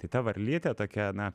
tai ta varlytė tokia na